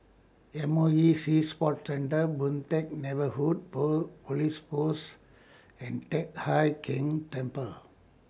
M O E Sea Sports Centre Boon Teck Neighbourhood Police Post and Teck Hai Keng Temple